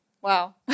wow